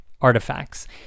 artifacts